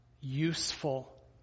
useful